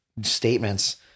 statements